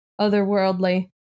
otherworldly